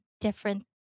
different